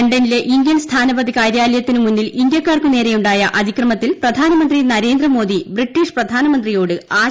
ലണ്ടനിലെ ഇന്ത്യൻ സ്ഫാന്പതി കാര്യാലയത്തിനു മുന്നിൽ ന് ഇന്ത്യക്കാർക്കു നേര്രിയുണ്ടായ അതിക്രമത്തിൽ പ്രധാനമന്ത്രി നരേന്ദ്രമോദി ബ്രിട്ടീഷ്ട് പ്രധാനമന്ത്രിയോട് ആശങ്ക പ്രകടിപ്പിച്ചു